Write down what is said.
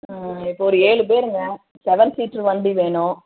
இப்போ ஒரு ஏழு பேருங்க செவன் சீட்ரு வண்டி வேணும்